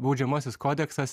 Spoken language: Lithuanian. baudžiamasis kodeksas